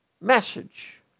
message